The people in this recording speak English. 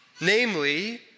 Namely